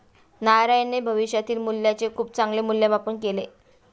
नारायणने भविष्यातील मूल्याचे खूप चांगले मूल्यमापन केले